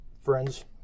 friends